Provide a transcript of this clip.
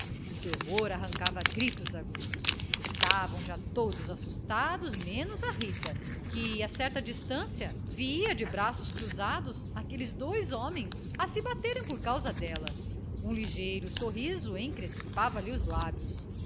o terror arrancava gritos agudos estavam já todos assustados menos a rita que a certa distancia via de braços cruzados aqueles dois homens a se baterem por causa dela um ligeiro sorriso encrespava lhe os lábios